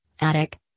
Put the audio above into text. attic